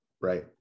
Right